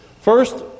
First